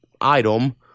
item